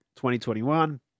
2021